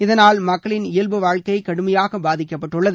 இதனால் மக்களின் இயல்பு வாழ்க்கை கடுமையாக பாதிக்கப்பட்டுள்ளது